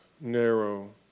narrow